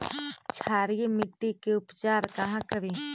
क्षारीय मिट्टी के उपचार कहा करी?